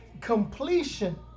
completion